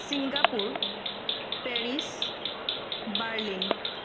Singapore Paris Berlin